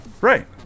Right